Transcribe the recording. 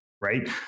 right